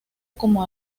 como